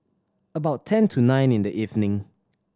about ten to nine in the evening